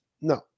no